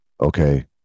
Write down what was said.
okay